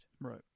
Right